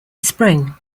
spring